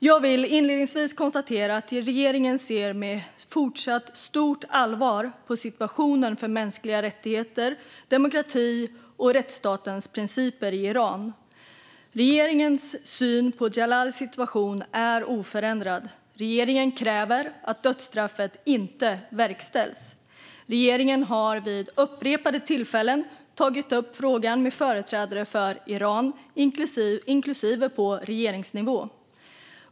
Jag vill inledningsvis konstatera att regeringen ser med fortsatt stort allvar på situationen för mänskliga rättigheter, demokrati och rättsstatens principer i Iran. Regeringens syn på Ahmadreza Djalalis situation är oförändrad - regeringen kräver att dödsstraffet inte verkställs. Regeringen har vid upprepade tillfällen tagit upp frågan med företrädare för Iran, inklusive på regeringsnivå.